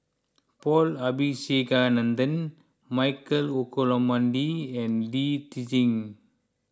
Paul Abisheganaden Michael Olcomendy and Lee Tjin